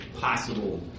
possible